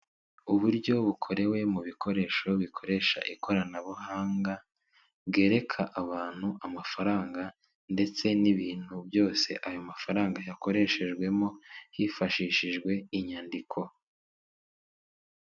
Uburyo bukorewe mu bikoresho bikoresha ikoranabuhanga bwereka abantu amafaranga ndetse n'ibintu byose ayo mafaranga yakoreshejwemo hifashishijwe inyandiko.